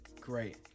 great